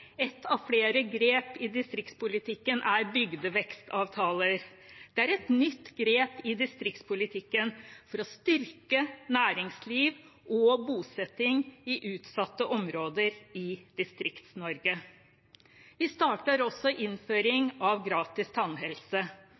av flere grep i distriktspolitikken er bygdevekstavtaler. Det er et nytt grep i distriktspolitikken for å styrke næringsliv og bosetting i utsatte områder i Distrikts-Norge. Vi starter også innføring av gratis tannhelse.